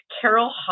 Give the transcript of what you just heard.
Carol